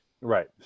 Right